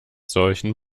solchen